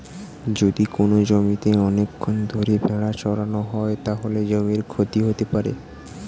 যদি কোনো জমিতে অনেকক্ষণ ধরে ভেড়া চড়ানো হয়, তাহলে জমির ক্ষতি হতে পারে